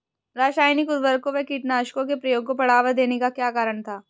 रासायनिक उर्वरकों व कीटनाशकों के प्रयोग को बढ़ावा देने का क्या कारण था?